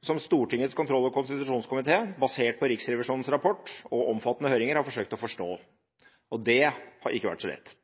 som Stortingets kontroll- og konstitusjonskomité – basert på Riksrevisjonens rapport og omfattende høringer – har forsøkt å forstå, og det har ikke vært så lett.